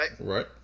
Right